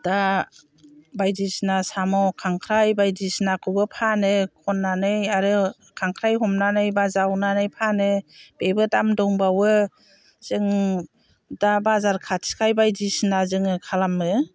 दा बायदिसिना सम' खांख्राइ बायदिसिनाखौबो फानो खननानै आरो खांख्राइ हमनानै एबा जावनानै फानो बेबो दाम दंबावो जों दा बाजार खाथिखाय बायदिसिना जोङो खालामो